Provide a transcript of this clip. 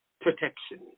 protection